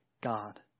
God